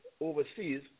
overseas